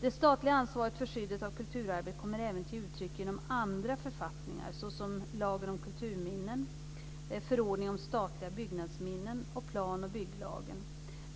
Det statliga ansvaret för skyddet av kulturarvet kommer även till uttryck genom andra författningar, såsom lagen om kulturminnen m.m., förordning om statliga byggnadsminnen m.m. och plan och bygglagen.